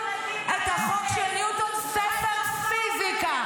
--- והצבא הולך כמו הילדים האלה.